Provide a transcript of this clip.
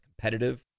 competitive